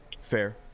fair